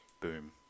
Boom